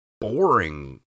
boring